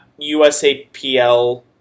USAPL